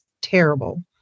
terrible